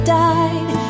died